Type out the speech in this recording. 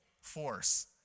force